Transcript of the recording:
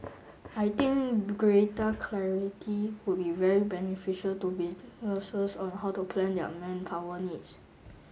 I think greater clarity would be very beneficial to businesses on how to plan their manpower needs